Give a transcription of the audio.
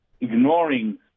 ignoring